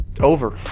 over